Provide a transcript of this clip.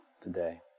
today